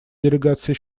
делегация